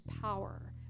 power